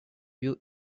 few